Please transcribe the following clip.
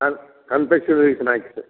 கால் connection reason ஆயிருச்சு